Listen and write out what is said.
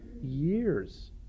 years